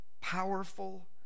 powerful